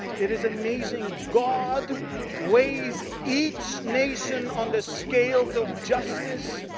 it is amazing. god weighs each nation on the scales of justice.